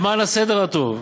למען הסדר הטוב,